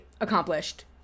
accomplished